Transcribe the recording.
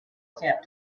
attempt